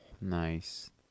Nice